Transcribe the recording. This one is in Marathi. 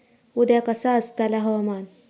उद्या कसा आसतला हवामान?